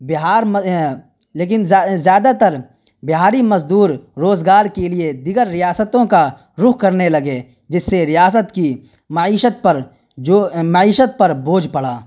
بہار لیکن زیادہ تر بہاری مزدور روزگار کے لیے دیگر ریاستوں کا رخ کرنے لگے جس سے ریاست کی معیشت پر جو معیشت پر بوجھ پڑا